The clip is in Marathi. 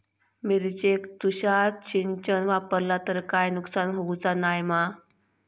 मिरचेक तुषार सिंचन वापरला तर काय नुकसान होऊचा नाय मा?